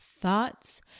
thoughts